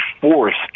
forced